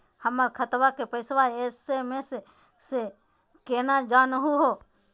हमर खतवा के पैसवा एस.एम.एस स केना जानहु हो?